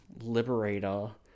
Liberator